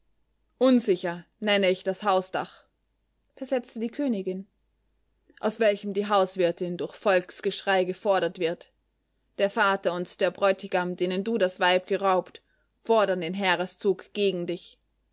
unsicher nenne ich das hausdach versetzte die königin aus welchem die hauswirtin durch volksgeschrei gefordert wird der vater und der bräutigam denen du das weib geraubt fordern den heereszug gegen dich